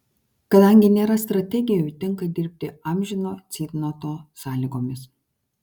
kadangi nėra strategijų tenka dirbti amžino ceitnoto sąlygomis